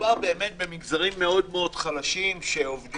מדובר באמת במגזרים מאוד מאוד חלשים שעובדים